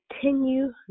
continue